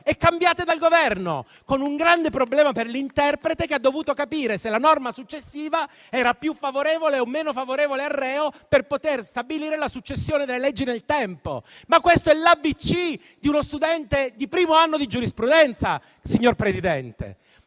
e cambiate dal Governo, con un grande problema per l'interprete che ha dovuto capire se la norma successiva era più o meno favorevole al reo per poter stabilire la successione delle leggi nel tempo. Questo è l'abc di uno studente al primo anno di giurisprudenza, signor Presidente.